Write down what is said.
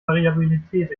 variabilität